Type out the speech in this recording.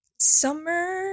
Summer